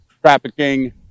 trafficking